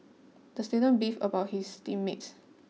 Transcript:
the student beefed about his team mates